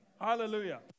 Hallelujah